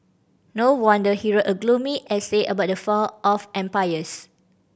no wonder he wrote a gloomy essay about the fall of empires